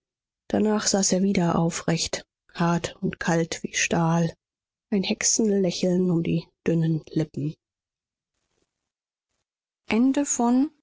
danach saß er wieder aufrecht hart und kalt wie stahl ein hexenlächeln um die dünnen lippen